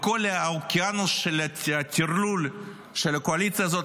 בכל האוקיינוס של הטרלול של הקואליציה הזאת,